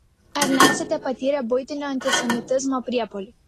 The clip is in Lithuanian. ar nesate patyrę buitinio antisemitizmo priepuolių